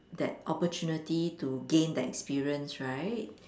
that opportunity to gain that experience right